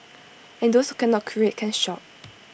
and those can not create can shop